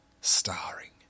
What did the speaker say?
starring